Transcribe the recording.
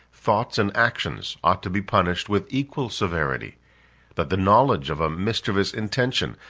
thoughts and actions ought to be punished with equal severity that the knowledge of a mischievous intention,